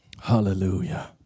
Hallelujah